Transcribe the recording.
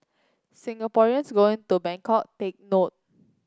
Singaporeans going to Bangkok take note